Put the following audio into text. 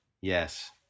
Yes